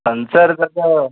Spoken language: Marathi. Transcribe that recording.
अन् सर तसं